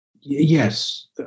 Yes